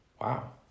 wow